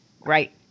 Right